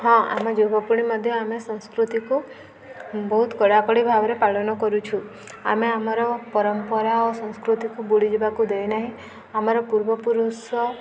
ହଁ ଆମ ଯୁବପିଢ଼ି ମଧ୍ୟ ଆମେ ସଂସ୍କୃତିକୁ ବହୁତ କଡ଼ାକଡ଼ି ଭାବରେ ପାଳନ କରୁଛୁ ଆମେ ଆମର ପରମ୍ପରା ଓ ସଂସ୍କୃତିକୁ ବୁଡ଼ିଯିବାକୁ ଦେଇନାହୁଁ ଆମର ପୂର୍ବପୁରୁଷ